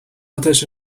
آتش